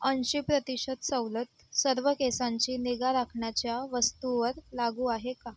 ऐंशी प्रतिशत सवलत सर्व केसांची निगा राखण्याच्या वस्तूवर लागू आहे का